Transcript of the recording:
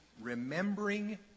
remembering